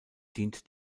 dient